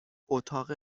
اتاق